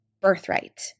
birthright